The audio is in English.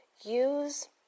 Use